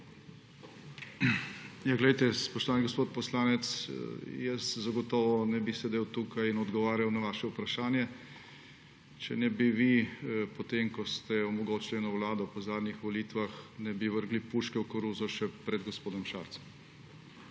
Glejte, spoštovani gospod poslanec, jaz zagotovo ne bi sedel tukaj in odgovarjal na vaše vprašanje, če ne bi vi, potem ko ste omogočili eno vlado po zadnjih volitvah, vrgli puške v koruzo še pred gospodom Šarcem.